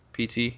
PT